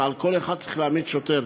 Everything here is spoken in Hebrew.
אז על כל אחד צריך להעמיד שוטר.